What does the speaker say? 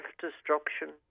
self-destruction